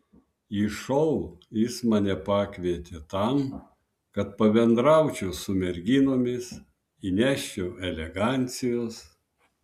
į šou jis mane pakvietė tam kad pabendraučiau su merginomis įneščiau elegancijos